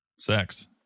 Sex